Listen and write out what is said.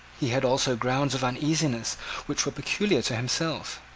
he had also grounds of uneasiness which were peculiar to himself.